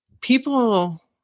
people